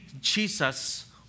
Jesus